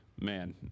man